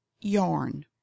yarn